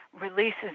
releases